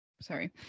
sorry